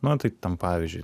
nu tai ten pavyzdžiui